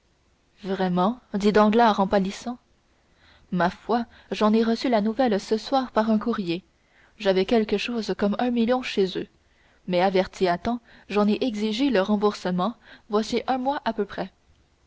vraiment dit danglars en pâlissant ma foi j'en ai reçu la nouvelle ce soir par un courrier j'avais quelque chose comme un million chez eux mais averti à temps j'en ai exigé le remboursement voici un mois à peu près